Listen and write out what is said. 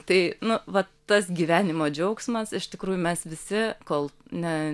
tai nu va tas gyvenimo džiaugsmas iš tikrųjų mes visi kol ne